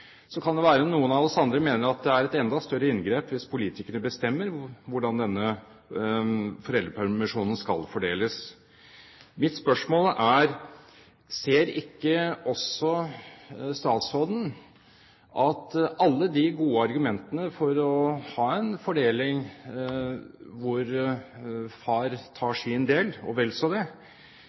Så kan det være at noen av oss andre mener det er et enda større inngrep hvis politikerne bestemmer hvordan denne foreldrepermisjonen skal fordeles. Mitt spørsmål er: Ser ikke også statsråden at alle de gode argumentene for å ha en fordeling der far tar sin del og vel så det,